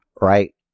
Right